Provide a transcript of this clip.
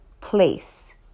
place